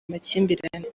amakimbirane